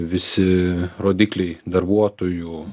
visi rodikliai darbuotojų